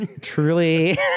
truly